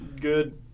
good